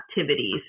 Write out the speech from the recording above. activities